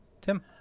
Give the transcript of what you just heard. Tim